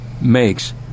makes